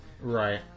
Right